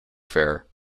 fair